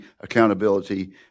accountability